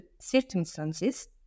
circumstances